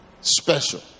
special